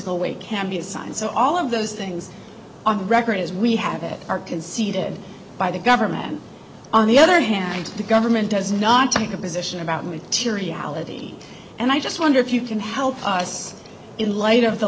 weight can be assigned so all of those things on the record as we have it are conceded by the government on the other hand the government does not take a position about materiality and i just wonder if you can help us in light of the